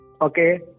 okay